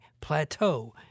plateau